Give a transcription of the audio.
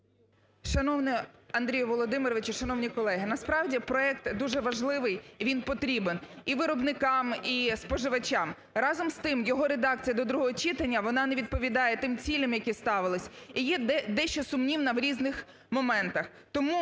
Шановний Андрію Володимировичу, шановні колеги! Насправді проект дуже важливий, він потрібен і виробникам, і споживачам. Разом з тим, його редакція до другого читання, вона не відповідає тим цілям, які ставились і є дещо сумнівна в різних моментах.